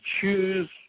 choose